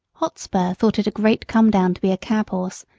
hotspur thought it a great come-down to be a cab-horse,